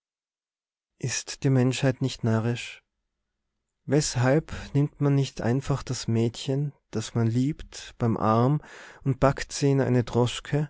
ist die menschheit nicht närrisch weshalb nimmt man nicht einfach das mädchen das man liebt beim arm und packt se in eine